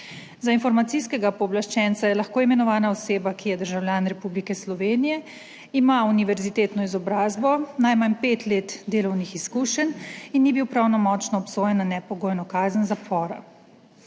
Za informacijskega pooblaščenca je lahko imenovana oseba, ki je državljan Republike Slovenije, ima univerzitetno izobrazbo, najmanj pet let delovnih izkušenj in ni bil pravnomočno obsojen na nepogojno kazen zapora.